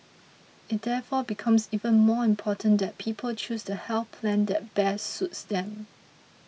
it therefore becomes even more important that people choose the health plan that best suits them